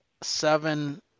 seven